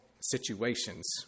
situations